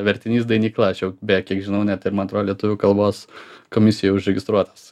vertinys dainykla čia jau beje kiek žinau net ir man tro lietuvių kalbos komisijoj užregistruotas